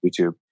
YouTube